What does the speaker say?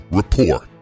report